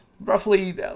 roughly